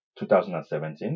2017